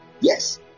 Yes